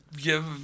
give